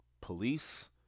police